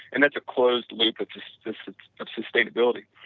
and that's a closed loop of sustainability.